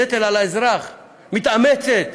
הנטל על האזרח, מתאמצת,